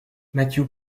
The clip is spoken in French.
matthew